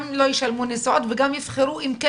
גם לא ישלמו נסיעות וגם יבחרו אם כן,